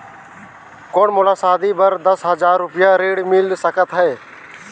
कौन मोला शादी बर दस हजार रुपिया ऋण मिल सकत है?